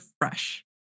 fresh